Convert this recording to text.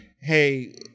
hey